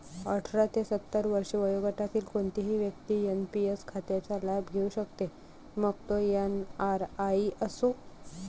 अठरा ते सत्तर वर्षे वयोगटातील कोणतीही व्यक्ती एन.पी.एस खात्याचा लाभ घेऊ शकते, मग तो एन.आर.आई असो